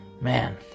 Man